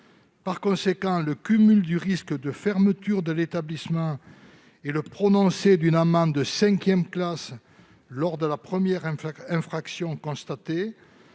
Par conséquent, le cumul du risque de fermeture de l'établissement et d'une amende de cinquième classe dès la première infraction constatée